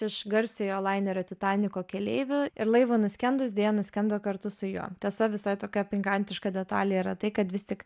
iš garsiojo lainerio titaniko keleivių ir laivui nuskendus deja nuskendo kartu su juo tiesa visai tokia pikantiška detalė yra tai kad vis tik